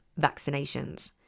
vaccinations